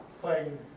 playing